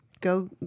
Go